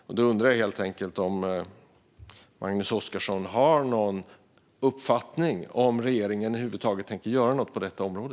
Därför undrar jag helt enkelt om Mikael Oscarsson har någon uppfattning om regeringen över huvud taget tänker göra något på detta område.